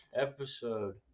episode